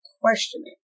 questioning